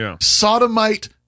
sodomite